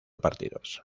partidos